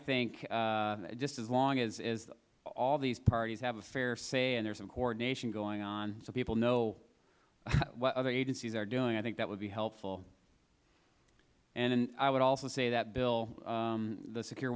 think just as long as all these parties have a fair say and there is some coordination going on so people know what other agencies are doing i think that would be helpful and i would also say that bill the secure